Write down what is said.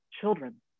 children